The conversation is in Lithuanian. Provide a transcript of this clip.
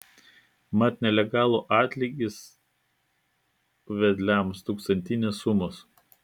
mat nelegalų atlygis vedliams tūkstantinės sumos